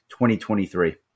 2023